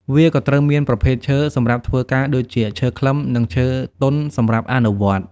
វាក៏ត្រូវមានប្រភេទឈើសម្រាប់ធ្វើការដូចជាឈើខ្លឹមនិងឈើទន់សម្រាប់អនុវត្ត។